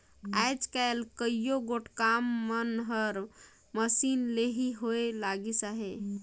आएज काएल कइयो गोट काम मन हर मसीन ले ही होए लगिस अहे